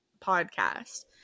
podcast